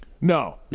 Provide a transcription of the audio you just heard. No